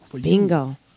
Bingo